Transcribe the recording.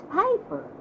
paper